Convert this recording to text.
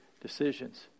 decisions